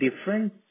difference